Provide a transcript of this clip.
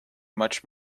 much